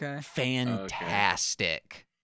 fantastic